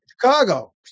Chicago